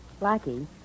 Blackie